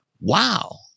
Wow